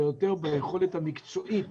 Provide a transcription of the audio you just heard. אלא יותר ביכולת המקצועית